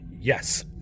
yes